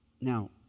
Now